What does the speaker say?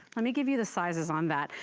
let me give you the sizes on that.